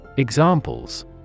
Examples